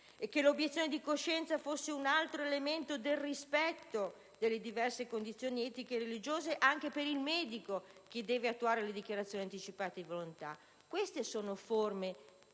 e che l'obiezione di coscienza fosse altro elemento del rispetto delle diverse condizioni etiche e religiose anche per il medico che deve attuare le dichiarazioni anticipate di volontà. Queste sono forme